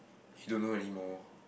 you don't know anymore